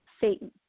Satan